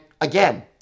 again